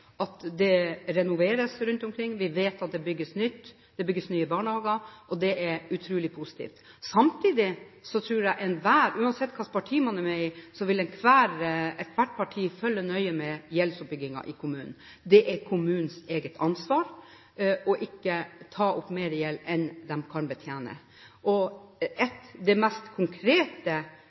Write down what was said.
at det renoveres rundt omkring, det bygges nytt, det bygges nye barnehager, og det er utrolig positivt. Samtidig tror jeg at alle og enhver, uansett hvilket parti man er med i, vil følge nøye med på gjeldsoppbyggingen i kommunene. Det er kommunenes eget ansvar ikke å ta opp mer gjeld enn de kan betjene. Det mest konkrete